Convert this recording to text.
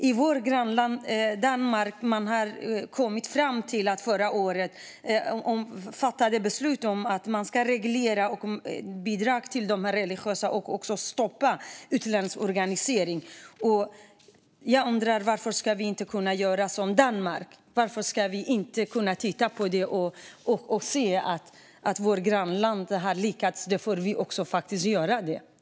I vårt grannland Danmark beslutade man förra året att man ska reglera bidragen till religiösa församlingar och stoppa utländsk organisering. Varför kan vi inte göra som Danmark? Om de har lyckats med detta måste vi också kunna göra det.